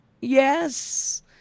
Yes